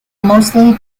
mostly